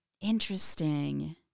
Interesting